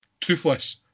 toothless